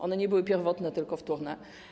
One nie były pierwotne, tylko wtórne.